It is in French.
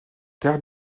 terre